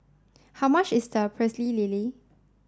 how much is the pecel lele